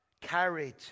carried